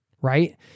right